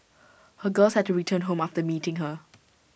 her girls had to return home after meeting her